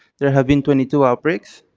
there have been twenty two outbreaks.